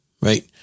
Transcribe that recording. right